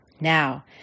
Now